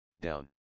down